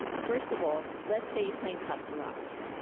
first of all, let's say you're playing cops and robbers.